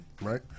Right